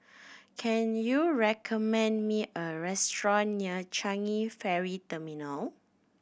can you recommend me a restaurant near Changi Ferry Terminal